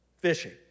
fishing